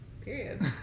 Period